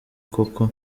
koko